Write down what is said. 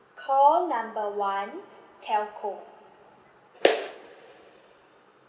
call number one telco